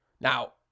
Now